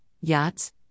yachts